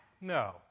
No